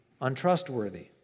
untrustworthy